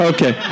Okay